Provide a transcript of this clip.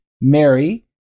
Mary